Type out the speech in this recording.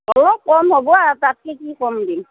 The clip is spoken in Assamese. অলপ কম হ'ব আৰু তাতকৈ কি কম দিম